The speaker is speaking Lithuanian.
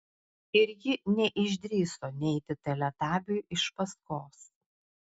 ir ji neišdrįso neiti teletabiui iš paskos